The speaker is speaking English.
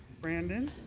brandon,